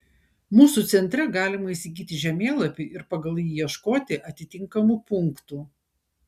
mūsų centre galima įsigyti žemėlapį ir pagal jį ieškoti atitinkamų punktų